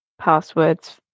passwords